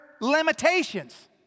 limitations